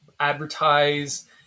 advertise